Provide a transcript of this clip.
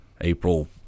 April